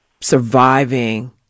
surviving